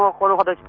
ah quarter with